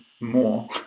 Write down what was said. more